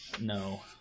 no